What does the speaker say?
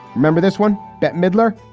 remember this one? bette midler